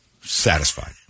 satisfied